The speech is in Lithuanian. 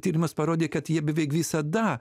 tyrimas parodė kad jie beveik visada